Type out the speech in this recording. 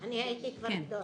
אני הייתי כבר גדולה.